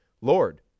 Lord